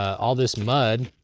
all this mud.